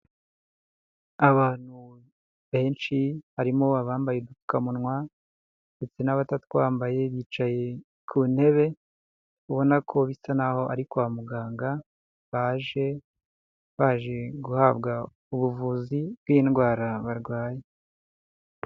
Abantu benshi harimo abambaye udupfukamunwa ndetse n'abatatwambaye bicaye ku ntebe, ubona ko bisa naho ari kwa muganga baje, baje guhabwa ubuvuzi bw'indwara barwaye.